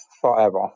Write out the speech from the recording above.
forever